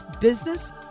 business